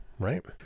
right